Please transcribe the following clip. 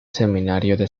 seminario